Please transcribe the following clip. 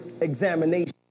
examination